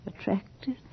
Attractive